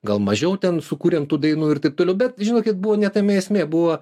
gal mažiau ten sukūrėm tų dainų ir taip toliau bet žinokit buvo ne tame esmė buvo